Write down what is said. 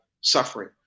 suffering